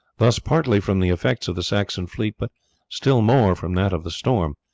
thus, partly from the effects of the saxon fleet but still more from that of the storm,